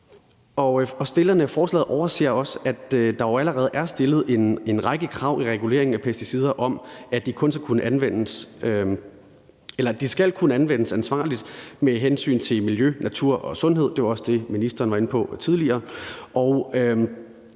forslaget overser også, at der jo allerede er stillet en række krav i reguleringen af pesticider om, at de skal kunne anvendes ansvarligt med hensyn til miljø, natur og sundhed – det var også det, ministeren var inde på tidligere